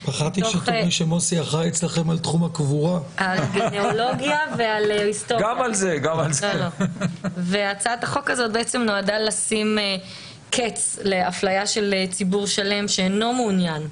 1996. הצעת החוק הזו נועדה לשים קץ לאפליה של ציבור שלם שאינו מעוניין,